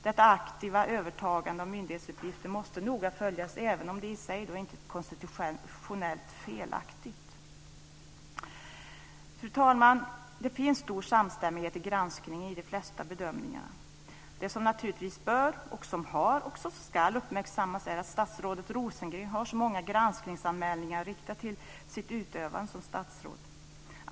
Detta aktiva övertagande av myndighetsuppgifter måste noga följas, även om det i sig inte är konstitutionellt felaktigt. Fru talman! Det finns stor samstämmighet i de flesta av granskningens bedömningar. Det som naturligtvis har uppmärksammats och ska uppmärksammas är att statsrådet Rosengren har så många granskningsanmälningar riktade mot sig i sitt utövande som statsråd.